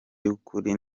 y’ukuri